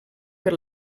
per